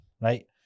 right